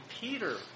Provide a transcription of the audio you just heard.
Peter